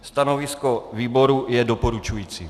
Stanovisko výboru je doporučující.